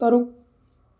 ꯇꯔꯨꯛ